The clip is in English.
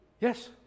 yes